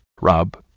Rob